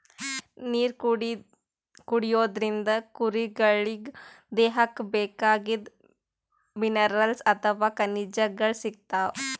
ನೀರ್ ಕುಡಿಯೋದ್ರಿಂದ್ ಕುರಿಗೊಳಿಗ್ ದೇಹಕ್ಕ್ ಬೇಕಾಗಿದ್ದ್ ಮಿನರಲ್ಸ್ ಅಥವಾ ಖನಿಜಗಳ್ ಸಿಗ್ತವ್